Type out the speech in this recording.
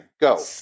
go